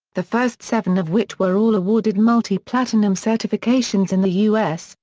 the first seven of which were all awarded multi-platinum certifications in the us,